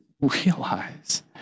realize